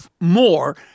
more